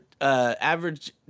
average